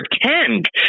pretend